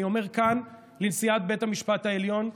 אני אומר כאן לנשיאת בית המשפט העליון,